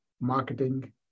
marketing